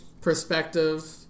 perspective